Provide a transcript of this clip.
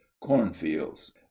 Cornfields